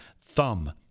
Thumb